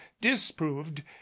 disproved